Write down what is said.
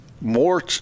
more